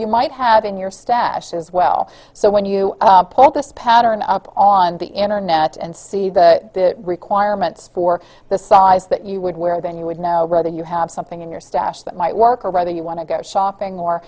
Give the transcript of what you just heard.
you might have in your stash as well so when you put this pattern up on the internet and see the requirements for the size that you would wear then you would know that you have something in your stash that might work or whether you want to go shopping mor